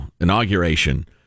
inauguration